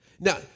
Now